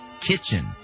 kitchen